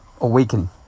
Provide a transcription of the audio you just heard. awakening